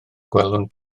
gwelwn